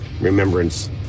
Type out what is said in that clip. remembrance